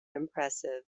impressive